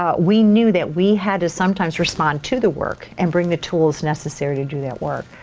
ah we knew that we had to sometimes respond to the work and bring the tools necessary to do that work.